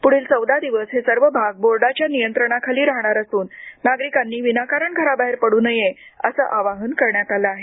पुढील चौदा दिवस हे सर्व भाग बोर्डाच्या नियंत्रणाखाली राहणार असून नागरिकांनी विनाकारण घराबाहेर पड्र नये असं आवाहन करण्यात आलं आहे